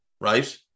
right